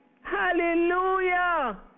Hallelujah